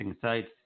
sites